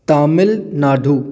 Tamil Nadu